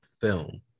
film